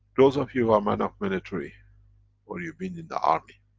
those of you who are man of military or you've been in the army.